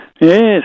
Yes